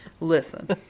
Listen